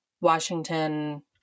Washington